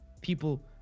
people